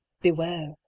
beware